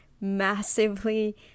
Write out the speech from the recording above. massively